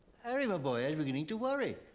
harry, my boy. i was beginning to worry.